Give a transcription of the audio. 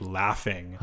laughing